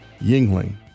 Yingling